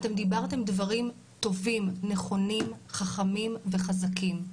אתם דיברתם דברים טובים, נכונים, חכמים וחזקים.